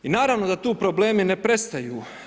I naravno da tu problemi ne prestaju.